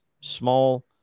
small